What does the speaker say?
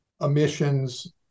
emissions